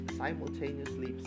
simultaneously